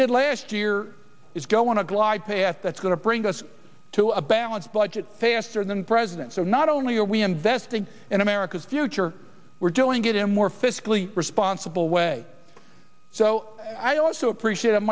did last year is go on a glide path that's going to bring us to a balanced budget faster than president so not only are we investing in america's future we're doing it in a more fiscally responsible way so i also